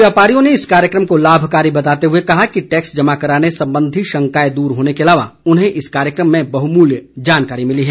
व्यापारियों ने इस कार्यक्रम को लाभकारी बताते हुए कहा कि टैक्स जमा कराने संबंधी शंकाएं दूर होने के अलावा उन्हें इस कार्यक्रम में बहुमूल्य जानकारी मिली है